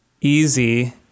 easy